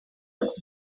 looks